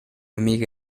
amiga